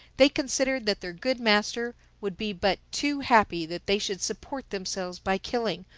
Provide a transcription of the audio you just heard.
they considered that their good master would be but too happy that they should support themselves by killing,